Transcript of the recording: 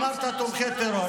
אמרת "תומכי טרור".